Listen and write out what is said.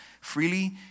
freely